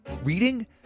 Reading